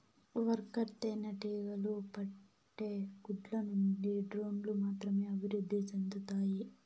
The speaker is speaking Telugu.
వర్కర్ తేనెటీగలు పెట్టే గుడ్ల నుండి డ్రోన్లు మాత్రమే అభివృద్ధి సెందుతాయి